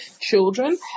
children